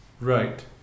Right